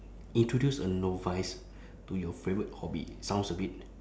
introduce a novice to your favourite hobby sounds a bit